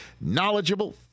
knowledgeable